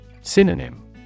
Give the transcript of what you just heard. Synonym